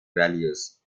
values